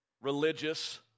religious